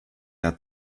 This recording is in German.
der